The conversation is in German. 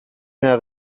mehr